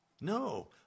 No